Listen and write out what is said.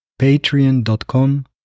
patreon.com